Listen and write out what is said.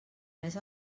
més